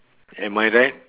am I right